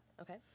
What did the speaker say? Okay